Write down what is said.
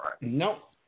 Nope